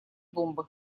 бомбы